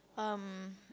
um